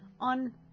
on